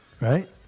right